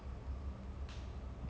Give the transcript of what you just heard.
okay I go watch that